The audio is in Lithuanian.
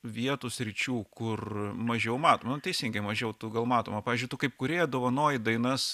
vietų sričių kur mažiau matoma nu teisingai mažiau tu gal matoma pavyzdžiui tu kaip kūrėja dovanoji dainas